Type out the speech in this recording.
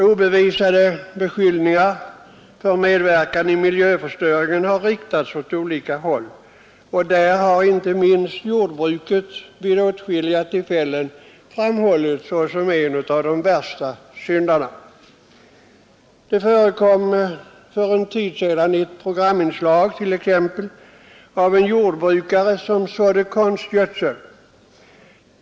Obevisade beskyllningar för medverkan i miljöförstörningen har riktats åt olika håll. Därvid har inte minst jordbruket vid åtskilliga tillfällen framhållits som en av de värsta syndarna. Det förekom för en tid sedan ett programinslag om en jordbrukare som sådde konstgödsel.